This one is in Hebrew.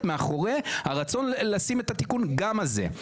מאחורי הרצון לשים את התיקון גם על זה.